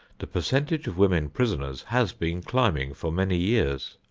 the percentage of women prisoners has been climbing for many years.